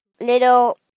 Little